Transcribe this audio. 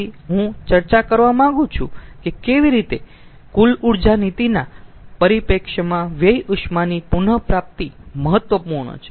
તેથી હું ચર્ચા કરવા માંગું છું કે કેવી રીતે કુલ ઊર્જા નીતિના પરિપ્રેક્ષ્યમાં વ્યય ઉષ્માની પુન પ્રાપ્તિ મહત્વપૂર્ણ છે